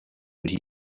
would